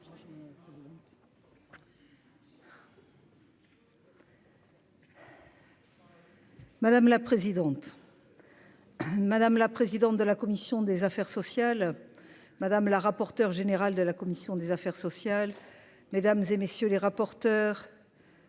Madame la présidente, madame la présidente de la commission des affaires sociales, madame la rapporteure générale de la commission des affaires sociales, mesdames et messieurs les rapporteurs.